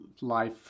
life